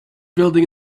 building